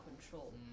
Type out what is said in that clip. control